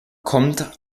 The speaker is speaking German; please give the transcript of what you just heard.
kommt